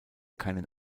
keinen